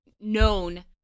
known